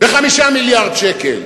ב-5 מיליארד שקל?